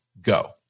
Go